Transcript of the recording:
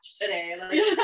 today